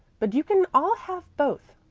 but you can all have both,